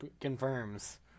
confirms